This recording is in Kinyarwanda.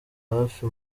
hafi